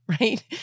right